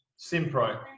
Simpro